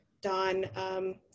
Don